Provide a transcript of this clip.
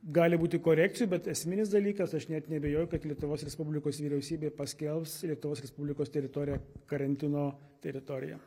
gali būti korekcijų bet esminis dalykas aš net neabejoju kad lietuvos respublikos vyriausybė paskelbs lietuvos respublikos teritoriją karantino teritorija